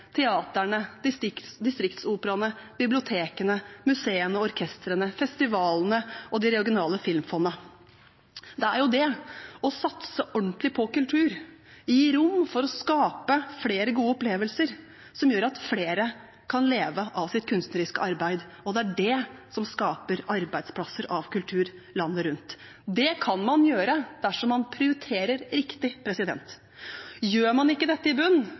distriktsoperaene, bibliotekene, museene, orkestrene, festivalene og det regionale filmfondet. Det er det å satse ordentlig på kultur, gi rom for å skape flere gode opplevelser, som gjør at flere kan leve av sitt kunstneriske arbeid. Og det er det som skaper arbeidsplasser av kultur landet rundt. Det kan man gjøre dersom man prioriterer riktig. Gjør man ikke dette i bunnen,